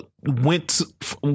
went